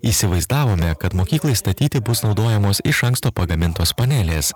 įsivaizdavome kad mokyklai statyti bus naudojamos iš anksto pagamintos panelės